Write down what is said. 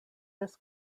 this